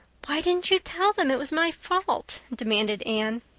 why didn't you tell them it was my fault? demanded anne.